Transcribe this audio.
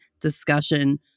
discussion